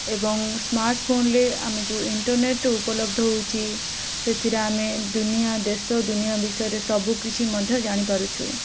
ଏବଂ ସ୍ମାର୍ଟ୍ଫୋନ୍ରେ ଆମେ ଯେଉଁ ଇଣ୍ଟର୍ନେଟ୍ ଉପଲବ୍ଧ ହେଉଛି ସେଥିରେ ଆମେ ଦୁନିଆ ଦେଶ ଦୁନିଆ ବିଷୟରେ ସବୁକିଛି ମଧ୍ୟ ଜାଣିପାରୁଛୁ